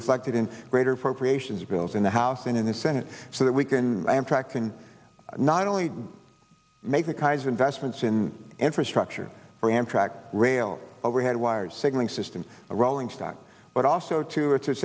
reflected in greater appropriations bills in the house and in the senate so that we can i am tracking not only make the kinds of investments in infrastructure for amtrak rail overhead wires signaling system rolling stock but also to a to